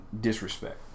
disrespect